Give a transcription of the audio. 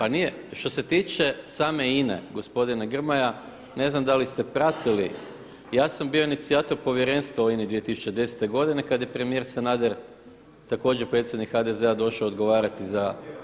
A što se tiče same INA-e gospodine Grmoja ne znam da li ste pratili, ja sam bio inicijator povjerenstva u INA-i 2010. godine kad je premijer Sander također predsjednik HDZ-a došao odgovarati za